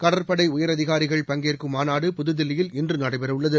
கடற்படை உயரதிகாரிகள் பங்கேற்கும் மாநாடு புதுதில்லியில் இன்று நடைபெறவுள்ளது